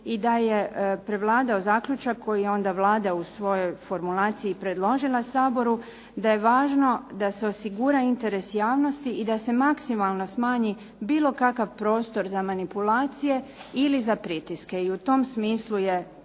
i da je prevladao zaključak koji je onda Vlada u svojoj formulaciji predložila Saboru da je važno da se osigura interes javnosti i da se maksimalno smanji bilo kakav prostor za manipulacije ili za pritiske i u tom smislu je